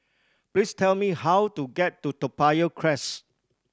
please tell me how to get to Toa Payoh Crest